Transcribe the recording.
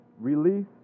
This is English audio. release